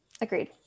agreed